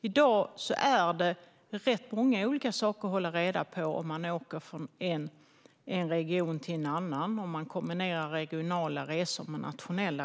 I dag måste man hålla reda på rätt många saker om man åker från en region till en annan och om man kombinerar regionala resor med nationella.